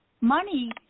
money